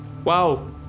Wow